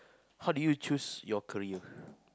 how do you choose your career